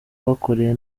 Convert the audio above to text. bakoreye